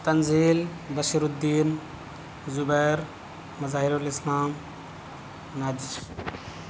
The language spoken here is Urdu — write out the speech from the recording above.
تنزیل بشیر الدین زبیر مظاہر الاسلام نازش